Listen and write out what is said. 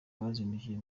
bazindukiye